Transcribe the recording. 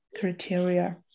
criteria